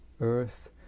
earth